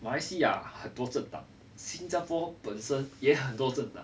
马来西亚很多政党新加坡本身也很多政党